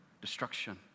destruction